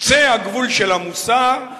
קצה הגבול של המוסר,